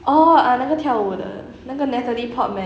oh 那个跳舞的那个 natalie portman